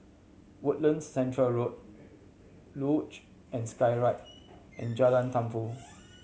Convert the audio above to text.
Woodlands Centre Road Luge and Skyride and Jalan Tumpu